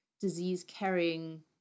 disease-carrying